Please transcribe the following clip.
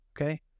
Okay